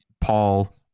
Paul